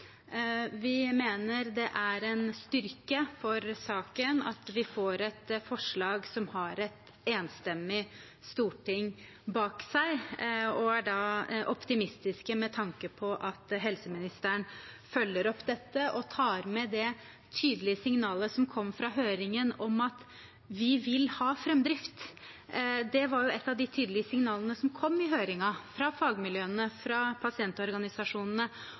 Vi mener det er en styrke for saken at vi får et forslag som har et enstemmig storting bak seg, og er da optimistiske med tanke på at helseministeren følger opp dette og tar med seg det tydelige signalet som kom fra høringen om at vi vil ha framdrift. Det var jo et av de tydelige signalene som kom i høringen fra fagmiljøene og fra pasientorganisasjonene,